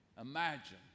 Imagine